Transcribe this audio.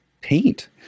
paint